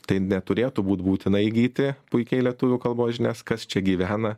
tai neturėtų būt būtina įgyti puikiai lietuvių kalbos žinias kas čia gyvena